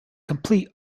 complete